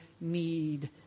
need